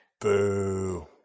Boo